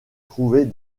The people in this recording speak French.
trouvait